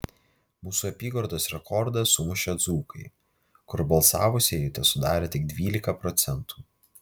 mūsų apygardos rekordą sumušė dzūkai kur balsavusieji tesudarė tik dvylika procentų